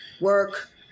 work